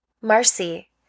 Marcy